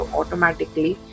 automatically